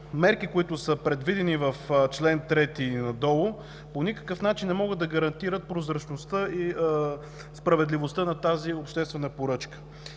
мерките, които са предвидени в чл. 3 и надолу, по никакъв начин не могат да гарантират прозрачността и справедливостта на тази обществена поръчка.